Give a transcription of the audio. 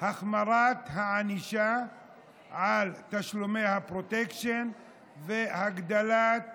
החמרת הענישה על תשלומי הפרוטקשן והגדלת